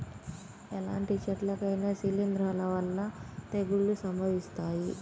ఎలాంటి చెట్లకైనా శిలీంధ్రాల వల్ల తెగుళ్ళు సంభవిస్తాయి